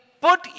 put